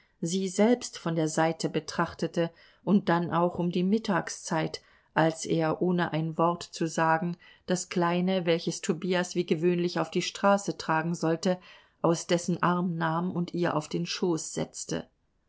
sie selbst von der seite betrachtete und dann auch um die mittagszeit als er ohne ein wort zu sagen das kleine welches tobias wie gewöhnlich auf die straße tragen sollte aus dessen arm nahm und ihr auf den schoß setzte